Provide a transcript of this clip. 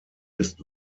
ist